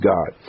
God